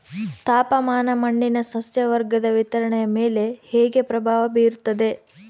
ತಾಪಮಾನ ಮಣ್ಣಿನ ಸಸ್ಯವರ್ಗದ ವಿತರಣೆಯ ಮೇಲೆ ಹೇಗೆ ಪ್ರಭಾವ ಬೇರುತ್ತದೆ?